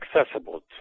accessible